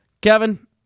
Kevin